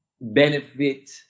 benefit